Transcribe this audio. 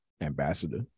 ambassador